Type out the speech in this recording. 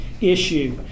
issue